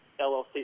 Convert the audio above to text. LLC